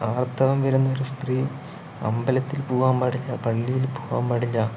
ആർത്തവം വരുന്നൊരു സ്ത്രീ അമ്പലത്തിൽ പോകാൻ പാടില്ല പള്ളിയിൽ പോകാൻ പാടില്ല